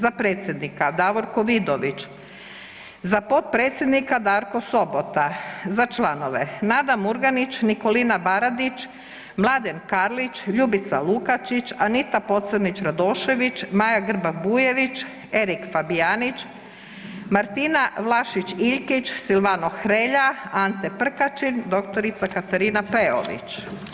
Za predsjednika Davorko Vidović, za potpredsjednika Darko Sobora, za članove: Nada Murganić, Nikolina Baradić, Mladić Karlić, Ljubica Lukačić, Anita Pocrnjić Radošević, Maja Grba Bujević, Erik Fabijanić, Martina Vlašić Iljkić, Silvano Hrelja, Ante Prkačin, dr. Katarina Peović.